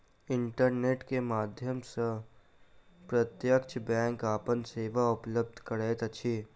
internet के माध्यम सॅ प्रत्यक्ष बैंक अपन सेवा उपलब्ध करैत अछि